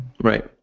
Right